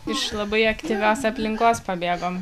iš labai aktyvios aplinkos pabėgom